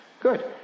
Good